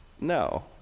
No